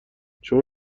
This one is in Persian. شما